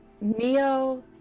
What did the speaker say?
neo